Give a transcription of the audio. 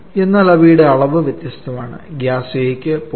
എന്നാൽ അവയുടെ അളവ് വ്യത്യസ്തമാണ് ഗ്യാസ് A യ്ക്ക് 0